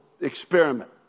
experiment